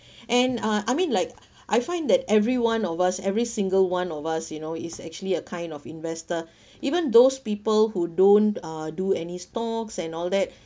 and uh I mean like I find that everyone of us every single one of us you know it's actually a kind of investor even those people who don't uh do any stocks and all that